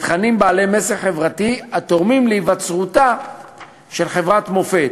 בתכנים בעלי מסר חברתי התורמים להיווצרותה של חברת מופת,